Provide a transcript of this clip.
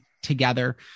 together